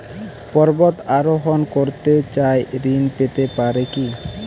পর্বত আরোহণ করতে চাই ঋণ পেতে পারে কি?